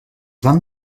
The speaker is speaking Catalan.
van